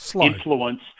influence